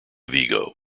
vigo